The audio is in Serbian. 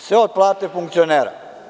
Sve od plate funkcionera.